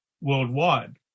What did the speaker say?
worldwide